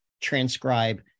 transcribe